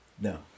No